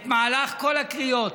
את מהלך כל הקריאות,